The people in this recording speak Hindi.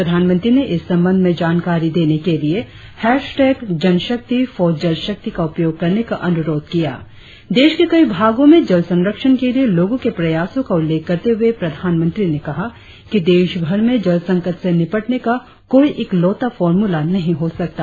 प्रधानमंत्री ने इस संबंध में जानकारी देने के लिए हैश टैग जन शक्ति फॉर जल शक्ति का उपयोग करने का अनुरोध किया देश के कई भागों में जल संरक्षण के लिए लोगों के प्रयासों का उल्लेख करते हुए प्रधानमंत्री ने कहा कि देशभर में जल संकट से निपटने का कोई इकलौता फार्मूला नहीं हो सकता